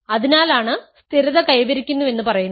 അതിനാലാണ് സ്ഥിരത കൈവരിക്കുന്നുവെന്ന് പറയുന്നത്